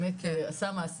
באמת עשה מעשה,